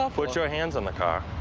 ah put your hands on the car.